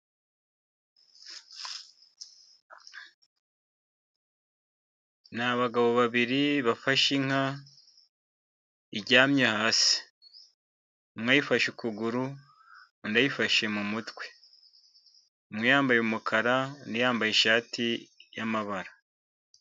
Ni abagabo babiri bafashe inka iryamye hasi, umw ayifashe ukuguru undi ayifashe mu mutwe, umwe yambaye umukara undi yambaye ishati yamabara.